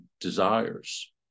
desires